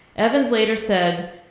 evans later said,